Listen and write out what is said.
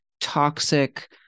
toxic